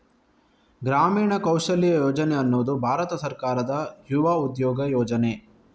ಗ್ರಾಮೀಣ ಕೌಶಲ್ಯ ಯೋಜನೆ ಅನ್ನುದು ಭಾರತ ಸರ್ಕಾರದ ಯುವ ಉದ್ಯೋಗ ಯೋಜನೆ